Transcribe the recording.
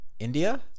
India